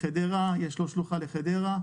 יש לו שלוחה לחדרה.